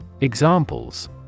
examples